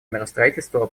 миростроительства